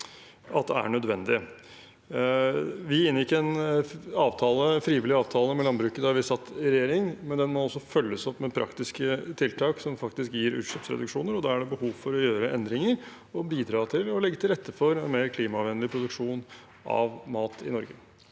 Vi inngikk en frivillig avtale med landbruket da vi satt i regjering, men den må også følges opp med praktiske tiltak som faktisk gir utslippsreduksjoner, og da er det behov for å gjøre endringer og bidra til å legge til rette for mer klimavennlig produksjon av mat i Norge.